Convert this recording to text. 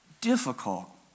difficult